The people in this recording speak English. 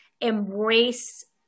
embrace